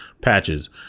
patches